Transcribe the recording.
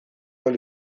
ahal